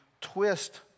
twist